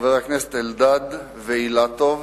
חבר הכנסת אלדד וחבר הכנסת אילטוב.